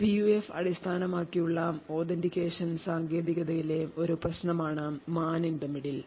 PUF അടിസ്ഥാനമാക്കിയുള്ള authentication സാങ്കേതികതയിലെ ഒരു പ്രശ്നമാണ് Man in the Middle